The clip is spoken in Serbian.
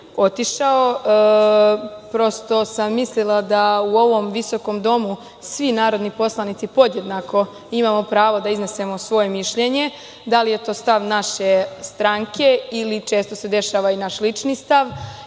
otišao. Prosto sam mislila da u ovom visokom domu svi mi narodni poslanici podjednako imamo pravo da iznesemo svoje mišljenje, da li je to stav naše stranke ili, često se dešava, naš lični stav.